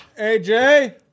AJ